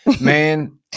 man